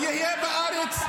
הוא יהיה בארץ.